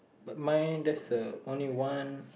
but mine that's a only one